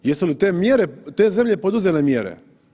Jesu li te zemlje poduzele mjere?